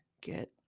Get